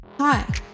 Hi